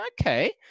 Okay